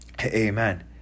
Amen